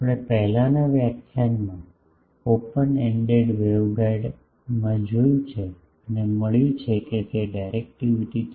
આપણે પહેલાનાં વ્યાખ્યાનમાં ઓપન એન્ડેડ વેવગાઇડમાં જોયું છે અને મળ્યું છે કે તે ડાયરેક્ટિવિટી 3